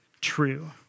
true